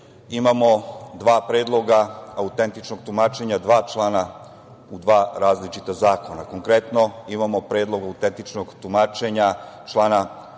imamo dva predloga autentičnog tumačenja, dva člana u dva različita zakona. Konkretno, imamo predlog autentičnog tumačenja člana